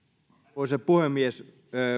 arvoisa puhemies